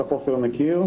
בטח עופר מכיר.